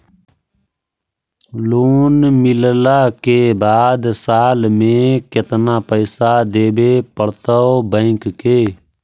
Loan मिलला के बाद साल में केतना पैसा देबे पड़तै बैक के?